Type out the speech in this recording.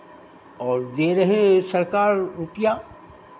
और दे रहें सरकार रुपैया